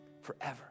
Forever